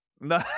No